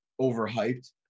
overhyped